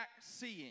seeing